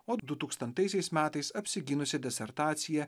o dutūkstantaisiais metais apsigynusi disertaciją